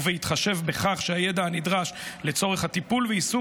ובהתחשב בכך שהידע הנדרש לצורך הטיפול ויישום